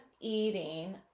eating